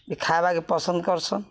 ବି ଖାଏବାକେ ପସନ୍ଦ୍ କର୍ସନ୍